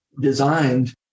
designed